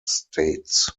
states